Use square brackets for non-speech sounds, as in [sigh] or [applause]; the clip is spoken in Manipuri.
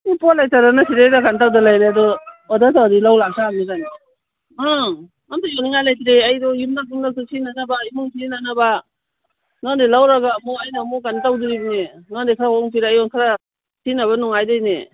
ꯄꯣꯠ ꯂꯩꯇꯗꯅ ꯁꯤꯗꯩꯗ ꯀꯩꯅꯣ ꯇꯧꯗꯅ ꯂꯩꯔꯦ ꯑꯗꯨ ꯑꯣꯗꯔ ꯇꯧꯔꯗꯤ ꯂꯧ ꯂꯥꯛꯇꯕꯅꯤ ꯀꯩꯅꯣ ꯑꯥ ꯑꯃꯠꯇ ꯌꯣꯟꯅꯤꯡꯉꯥꯏ ꯂꯩꯇ꯭ꯔꯦ ꯑꯩꯗꯣ [unintelligible] ꯁꯤꯖꯤꯟꯅꯅꯕ ꯏꯃꯨꯡ ꯁꯤꯖꯤꯟꯅꯅꯕ ꯅꯪꯉꯣꯟꯗꯒꯤ ꯂꯧꯔꯒ ꯑꯃꯨꯛ ꯑꯩꯅ ꯑꯃꯨꯛ ꯀꯩꯅꯣ ꯇꯧꯗꯣꯔꯤꯕꯅꯤ ꯅꯪꯉꯣꯟꯗꯒꯤ ꯈꯔ ꯑꯃꯨꯛ ꯄꯤꯔꯛꯑꯦ ꯑꯩꯉꯣꯟꯗ ꯈꯔ ꯁꯤꯖꯤꯟꯅꯕ ꯅꯨꯡꯉꯥꯏꯗꯣꯏꯅꯤ